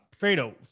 Fredo